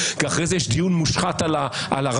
כי אחרי זה יש דיון מושחת על הרבנים.